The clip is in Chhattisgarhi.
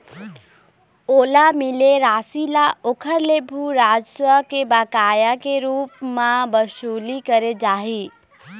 ओला मिले रासि ल ओखर ले भू राजस्व के बकाया के रुप म बसूली करे जाही